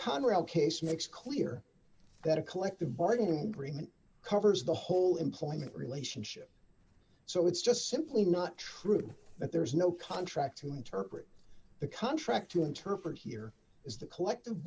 conrail case makes clear that a collective bargaining agreement covers the whole employment relationship so it's just simply not true that there is no contract to interpret the contract to interpret here is the collective